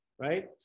right